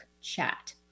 chat